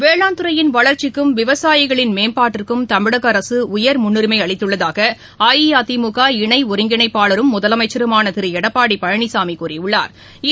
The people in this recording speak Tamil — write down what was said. வேளாண் துறையின் வளர்ச்சிக்கும் விவசாயிகளின் மேம்பாட்டிற்கும் தமிழக அரசு உயர் முன்னுரிமை அளித்துள்ளதாக அஇஅதிமுக இணை ஒருங்கிணைப்பாளரும் முதலமைச்சருமான திரு எடப்பாடி பழனிசாமி கூறியுள்ளா்